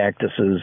cactuses